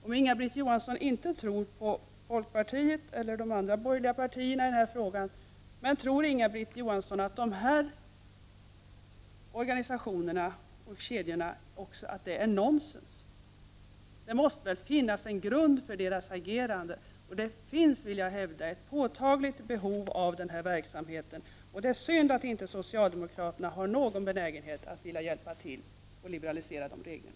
Om Inga-Britt Johansson inte tror på folkpartiet eller andra borgerliga partier, tror hon att dessa organisationers oro är nonsens? Det måste väl finnas en grund för deras agerande. Det finns, det vill jag hävda, påtagligt behov av sådan verksamhet i glesbygd. Det är synd att socialdemokraterna inte har någon benägenhet att hjälpa till att liberalisera reglerna.